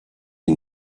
die